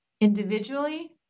individually